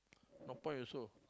no point also